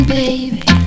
baby